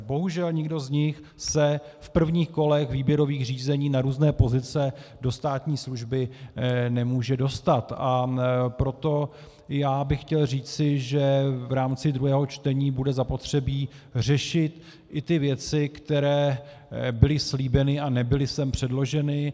Bohužel nikdo z nich se v prvních kolech výběrových řízení na různé pozice do státní služby nemůže dostat, a proto bych chtěl říci, že v rámci druhého čtení bude zapotřebí řešit i ty věci, které byly slíbeny a nebyly sem předloženy.